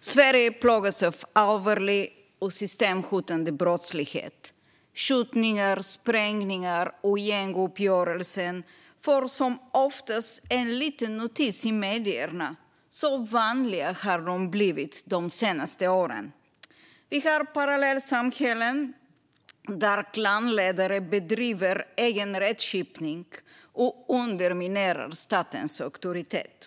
Sverige plågas av allvarlig och systemhotande brottslighet. Skjutningar, sprängningar och gänguppgörelser får oftast en liten notis i medierna; så vanliga har de blivit de senaste åren. Det finns parallellsamhällen där klanledare bedriver egen rättskipning och underminerar statens auktoritet.